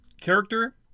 character